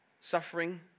suffering